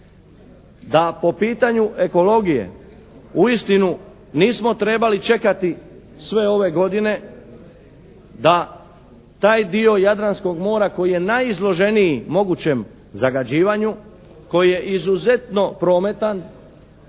Da po pitanju ekologije uistinu nismo trebali čekati sve ove godine da taj dio Jadranskog mora koji je najizloženiji mogućem zagađivanju, koji je izuzetno prometan,